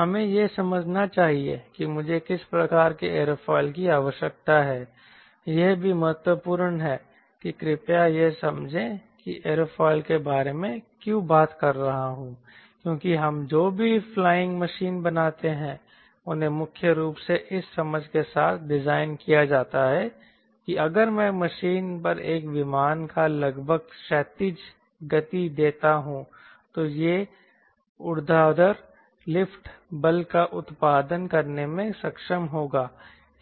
हमें यह समझना चाहिए कि मुझे किस प्रकार के एयरोफिल की आवश्यकता है यह भी महत्वपूर्ण है कि कृपया यह समझें कि मैं एयरोफिल के बारे में क्यों बात कर रहा हूं क्योंकि हम जो भी फ्लाइंग मशीन बनाते हैं उन्हें मुख्य रूप से इस समझ के साथ डिजाइन किया जाता है कि अगर मैं मशीन पर एक विमान को लगभग क्षैतिज गति देता हूं तो यह एक ऊर्ध्वाधर लिफ्ट बल का उत्पादन करने में सक्षम होगा